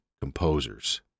composers